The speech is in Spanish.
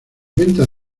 ventas